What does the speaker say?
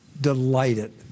delighted